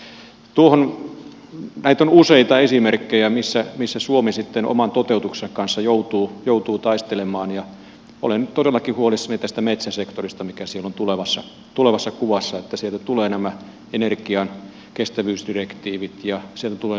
näitä on useita esimerkkejä missä suomi sitten oman toteutuksensa kanssa joutuu taistelemaan ja olen todellakin huolissani tästä metsäsektorista mikä siellä on tulevassa kuvassa kun sieltä tulevat nämä energian kestävyysdirektiivit ja sieltä tulevat ympäristönsuojeludirektiivit ja muut